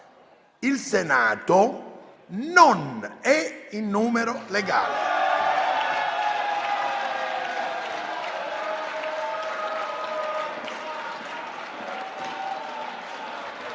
Il Senato non è in numero legale.